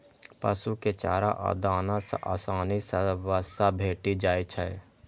पशु कें चारा आ दाना सं आसानी सं वसा भेटि जाइ छै